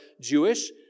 Jewish